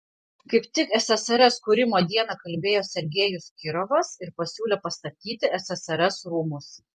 kaip tik ssrs kūrimo dieną kalbėjo sergejus kirovas ir pasiūlė pastatyti ssrs rūmus